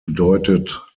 bedeutet